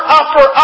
upper